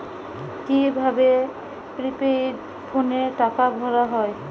কি ভাবে প্রিপেইড ফোনে টাকা ভরা হয়?